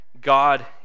God